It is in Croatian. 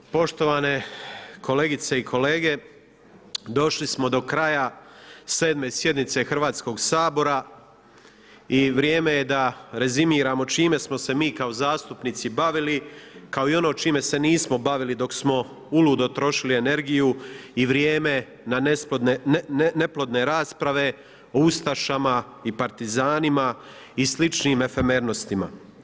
Poštovane kolegice i kolege, došli smo do kraja sedme sjednice Hrvatskog sabora i vrijeme je da rezimiramo čime smo se mi kao zastupnici bavili, kao i ono čime se nismo bavili dok smo uludo trošili energiju i vrijeme na neplodne rasprave o ustašama i partizanima i sličnim efemernostima.